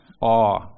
awe